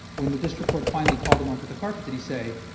when the district court finally called him on to the carpet, did he say,